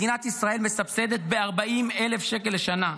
מדינת ישראל מסבסדת ב-40,000 שקל לשנה.